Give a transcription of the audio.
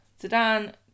Sedan